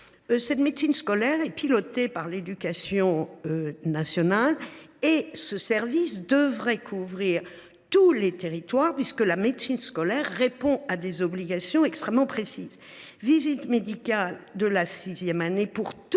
de médecine scolaire est piloté par l’éducation nationale et devrait couvrir tous les territoires, puisque la médecine scolaire répond à des obligations extrêmement précises : visite médicale de la sixième année pour tous les établissements